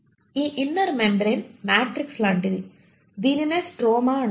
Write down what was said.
ఈ inner membrane matrix లాంటిది దీనినే స్ట్రోమా అంటారు